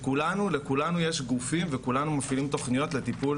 לכולנו יש גופים וכולנו מפעילים תוכניות לטיפול